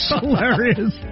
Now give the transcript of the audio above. Hilarious